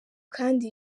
kandi